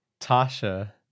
Tasha